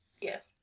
Yes